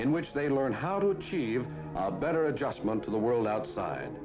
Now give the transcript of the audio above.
in which they learn how to achieve better adjustment to the world outside